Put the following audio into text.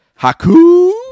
Haku